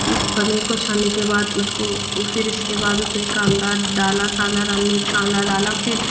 पनीर को छानने के बाद उसको फिर इसके बाद कांदा डाला कांदे डालने कांदा डाला फिर